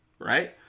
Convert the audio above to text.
right